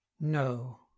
No